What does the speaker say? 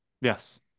Yes